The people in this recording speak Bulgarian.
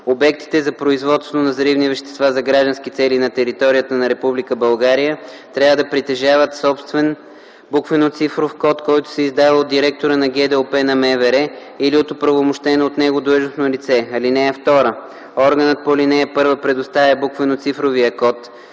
Обектите за производство на взривни вещества за граждански цели на територията на Република България трябва да притежават собствен буквено-цифров код, който се издава от директора на ГДОП на МВР или от оправомощено от него длъжностно лице. (2) Органът по ал. 1 предоставя буквено-цифровия код,